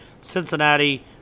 Cincinnati